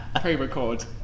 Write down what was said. Pre-record